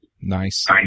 Nice